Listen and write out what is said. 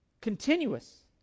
Continuous